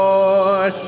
Lord